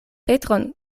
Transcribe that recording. petron